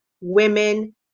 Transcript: women